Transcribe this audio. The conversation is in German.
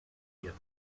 wird